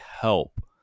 help